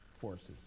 forces